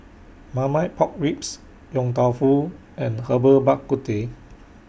Marmite Pork Ribs Yong Tau Foo and Herbal Bak Ku Teh